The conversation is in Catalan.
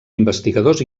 investigadors